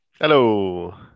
Hello